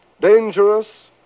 dangerous